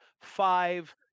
five